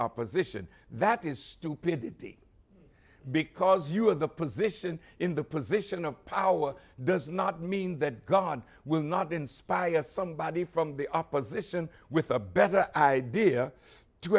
opposition that is stupidity because you have the position in the position of power does not mean that god will not inspire somebody from the opposition with a better idea to